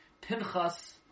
Pinchas